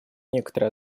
некоторые